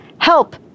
help